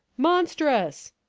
monstrous!